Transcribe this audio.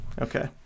Okay